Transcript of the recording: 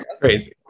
crazy